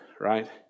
right